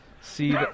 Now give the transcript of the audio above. See